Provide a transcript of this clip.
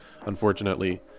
unfortunately